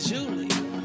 Julie